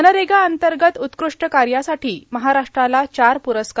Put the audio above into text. मनरेगा अंतर्गत उत्कृष्ट कार्यासाठी महाराष्ट्राला चार पुरस्कार